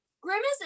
Grimace